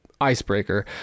icebreaker